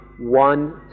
one